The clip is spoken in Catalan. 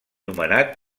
nomenat